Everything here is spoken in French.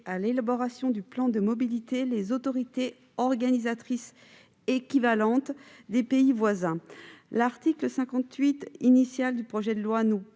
à l'élaboration du plan de mobilité les autorités organisatrices équivalentes des pays voisins. L'article 58, tel qu'il figurait dans